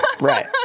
Right